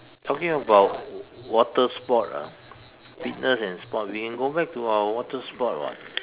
talking about water sport ah fitness and sport we can go back to our water sport [what]